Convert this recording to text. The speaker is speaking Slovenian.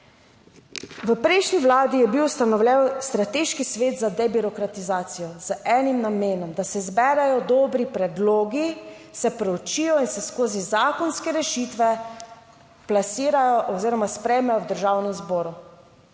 V prejšnji vladi je bil ustanovljen strateški svet za debirokratizacijo z enim namenom, da se zberejo dobri predlogi, se proučijo in se skozi zakonske rešitve plasirajo oziroma sprejmejo v Državnem zboru